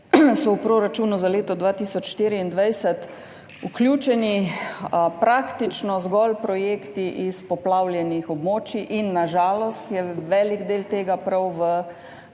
v proračun za leto 2024 vključeni praktično zgolj projekti iz poplavljenih območij in na žalost je velik del tega prav v